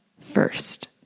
first